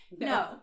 No